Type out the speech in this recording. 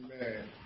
Amen